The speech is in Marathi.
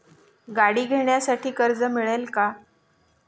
गाडी घेण्यासाठी कर्ज मिळेल का?